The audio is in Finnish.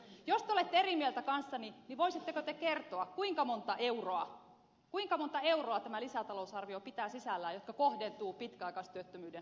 jos te olette eri mieltä kanssani niin voisitteko te kertoa kuinka monta pitkäaikaistyöttömyyden hoitoon kohdentuvaa euroa tämä lisätalousarvio pitää sisällään